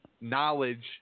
knowledge